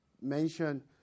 mention